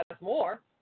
more